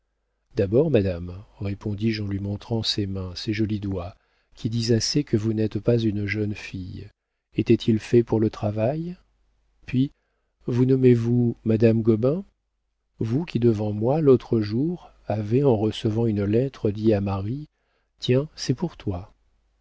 d'abord madame répondis-je en lui montrant ses mains ces jolis doigts qui disent assez que vous n'êtes pas une jeune fille étaient-ils faits pour le travail puis vous nommez-vous madame gobain vous qui devant moi l'autre jour avez en recevant une lettre dit à marie tiens c'est pour toi